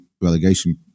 relegation